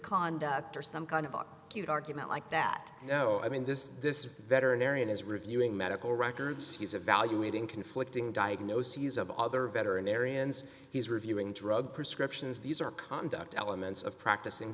conduct or some kind of cute argument like that you know i mean this this veterinarian is reviewing medical records he's evaluating conflicting diagnoses of other veterinarians he's reviewing drug prescriptions these are conduct elements of practicing